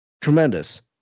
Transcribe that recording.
tremendous